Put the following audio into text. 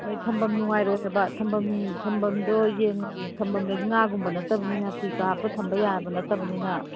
ꯅꯣꯏ ꯊꯝꯕꯝ ꯅꯨꯡꯉꯥꯏꯔꯣꯏꯕ ꯊꯝꯕꯝꯗꯣ ꯌꯦꯟ ꯊꯝꯕꯝ ꯂꯩ ꯉꯥꯒꯨꯝꯕ ꯅꯠꯇꯕꯅꯤꯅ ꯐ꯭ꯔꯤꯁꯇ ꯍꯥꯞꯄ ꯊꯝꯕ ꯌꯥꯕ ꯅꯠꯇꯕꯅꯤꯅ